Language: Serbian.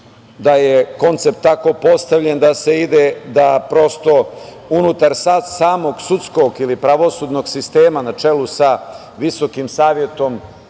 da je koncept tako postavljen da se ide da prosto unutar samog sudskog ili pravosudnog sistema, na čelu sa VSS, zapravo